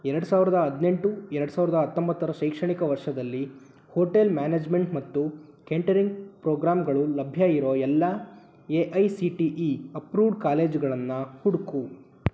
ಎರಡು ಸಾವಿರದ ಹದಿನೆಂಟು ಎರಡು ಸಾವಿರದ ಹತ್ತೊಂಬತ್ತರ ಶೈಕ್ಷಣಿಕ ವರ್ಷದಲ್ಲಿ ಹೋಟೆಲ್ ಮ್ಯಾನೇಜ್ಮೆಂಟ್ ಮತ್ತು ಕೆಂಟರಿಂಗ್ ಪ್ರೋಗ್ರಾಂಗಳು ಲಭ್ಯ ಇರೋ ಎಲ್ಲ A I C T E approved ಕಾಲೇಜುಗಳನ್ನು ಹುಡುಕು